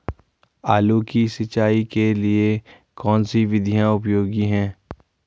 आलू की सिंचाई के लिए कौन सी विधि उपयोगी है?